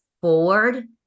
forward